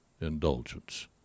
indulgence